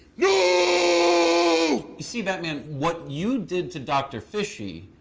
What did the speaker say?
no! you see batman, what you did to doctor fishy,